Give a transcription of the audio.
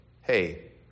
hey